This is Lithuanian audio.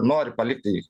nori palikti